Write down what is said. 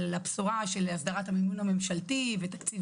על הבשורה של הסדרת המימון הממשלתי ותקציב